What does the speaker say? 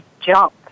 jump